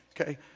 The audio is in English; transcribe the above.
okay